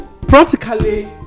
practically